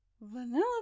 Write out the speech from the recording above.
Vanilla